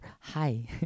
Hi